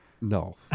No